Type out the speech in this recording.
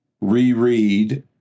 reread